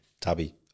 Tubby